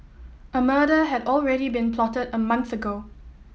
a murder had already been plotted a month ago